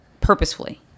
purposefully